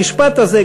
המשפט הזה,